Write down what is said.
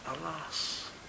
alas